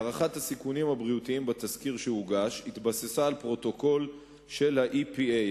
הערכת הסיכונים הבריאותיים בתסקיר שהוגש התבססה על פרוטוקול של ה-EPA,